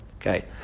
Okay